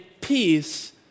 peace